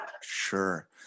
Sure